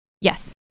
Yes